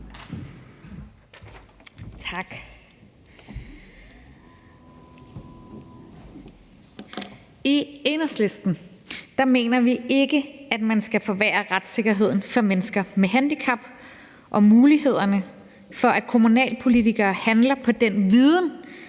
I Enhedslisten mener vi ikke, at man skal forværre retssikkerheden for mennesker med handicap og mulighederne for, at kommunalpolitikere handler på den viden,